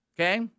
okay